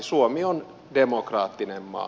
suomi on demokraattinen maa